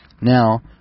now